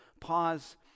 pause